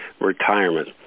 retirement